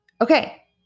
okay